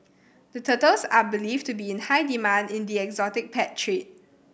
the turtles are believed to be in high demand in the exotic pet trade